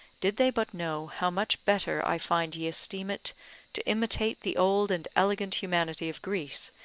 did they but know how much better i find ye esteem it to imitate the old and elegant humanity of greece,